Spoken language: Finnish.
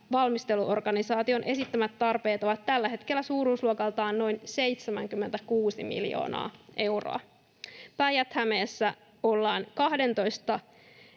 valmisteluorganisaation esittämät tarpeet ovat tällä hetkellä suuruusluokaltaan noin 76 miljoonaa euroa. Päijät-Hämeessä ollaan 12